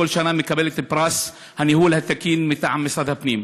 בכל שנה היא מקבלת את פרס הניהול התקין מטעם משרד הפנים.